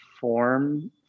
form